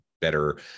better